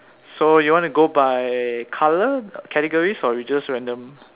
so you wanna go by color categories or we just random